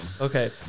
Okay